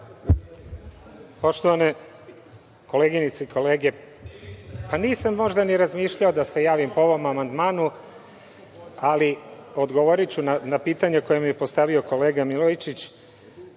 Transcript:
Poštovane koleginice i kolege, nisam možda ni razmišljao da se javim po ovom amandmanu, ali odgovoriću na pitanje koje mi je postavio kolega Milojičić. Prvo,